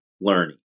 learning